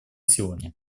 сегодня